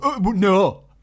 no